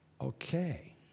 okay